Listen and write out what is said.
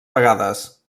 vegades